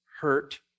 hurt